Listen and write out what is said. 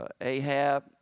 Ahab